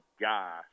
guy